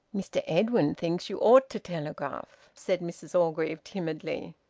mr edwin thinks you ought to telegraph, said mrs orgreave timidly.